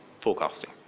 forecasting